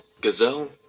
gazelle